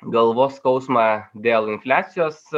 galvos skausmą dėl infliacijos